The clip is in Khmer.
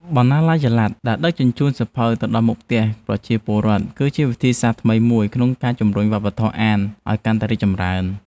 បណ្ណាល័យចល័តដែលដឹកជញ្ជូនសៀវភៅទៅដល់មុខផ្ទះប្រជាពលរដ្ឋ គឺជាវិធីសាស្ត្រថ្មីមួយក្នុងការជំរុញវប្បធម៌អានឱ្យកាន់តែរីកចម្រើន។